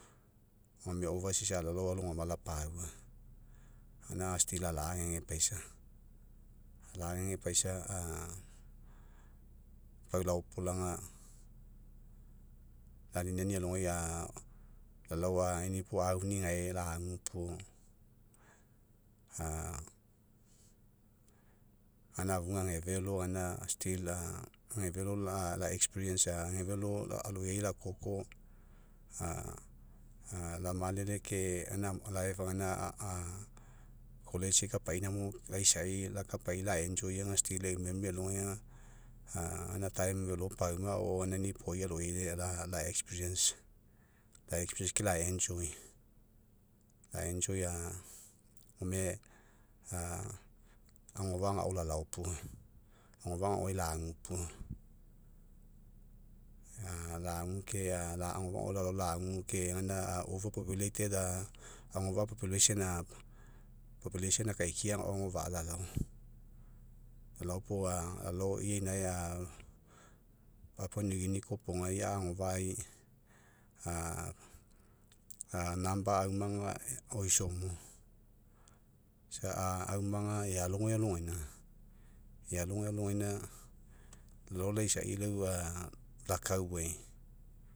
Gome overseas alolao alogama lapaua. Gaina aga still ala'agege paisa, ala'agege paisa a pau laopolaga laniniani alogai lalao inipo auni gae lagu puo gaina afuga age felo still age felo la experience age felo aloiai lakoko lamele ke gaina life gaina college'ai kapaina mo laisai lakapai la enjoy aga still e'u memory alogai aga gaina time felopauma ao ao gaina inipoi aloi la experience. La experience ke la enjoy, la enjoy gome agofa'a agao lalao puo agofa'a agaoai lagu puo lagu ke agofa'a ao lalao ke lagu ke gaina over populated agofa'a population, population akaikia agofa'a lalao. Lalao puo ia inae papua new guinea kopoga ia agofa'ai number aumaga oiso mo. Isa aumaga ealogai alogaina, ealogai alogaina lalao laisai lau lakauai.